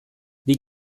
wie